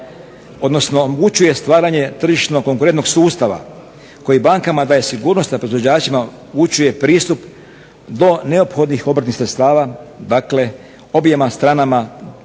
odnosno omogućuje stvaranje tržišno konkurentnog sustava koji bankama daje sigurnost da proizvođačima omogućuje pristup do neophodnih obrtnih sredstava, dakle objema stranama